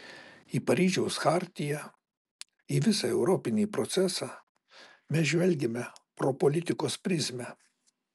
į paryžiaus chartiją į visą europinį procesą mes žvelgiame pro politikos prizmę